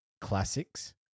classics